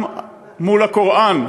גם מול הקוראן,